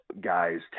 guys